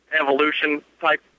evolution-type